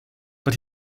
but